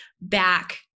back